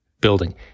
building